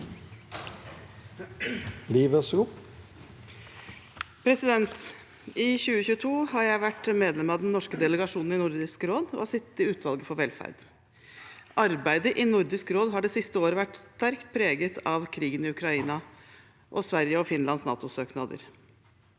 I 2022 har jeg vært med- lem av den norske delegasjonen i Nordisk råd og sittet i utvalget for velferd. Arbeidet i Nordisk råd har det siste året vært sterkt preget av krigen i Ukraina og Sverige og Finlands NATO-søknader.